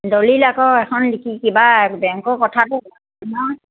দলিল আকৌ এখন লিখি কিবা বেংকৰ কথাটো